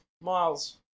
Miles